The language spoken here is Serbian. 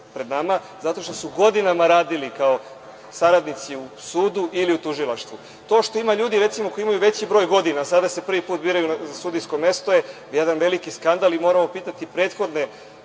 pred nama, zato što su godinama radili kao saradnici u sudu ili u tužilaštvu. To što ima ljudi, recimo, koji imaju veći broj godina, sada se prvi put biraju na sudijsko mesto je jedan veliki skandal i moramo pitati prethodne